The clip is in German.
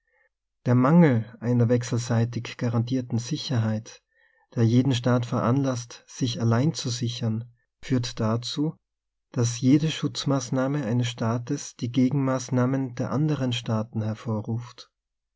der mangel einer wechselseitig garantierten sicherheit der jeden staat veranlaßt sich allein zu sichern führt dazu daß jede schutzmaßnahme eines staates die gegen maßnahmen der anderen staaten hervorruft